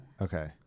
okay